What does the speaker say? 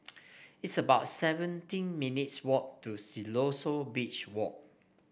it's about seventeen minutes' walk to Siloso Beach Walk